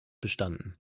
bestanden